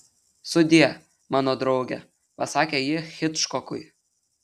sudie mano drauge pasakė ji hičkokui